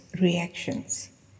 reactions